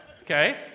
Okay